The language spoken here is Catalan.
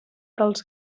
dels